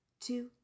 two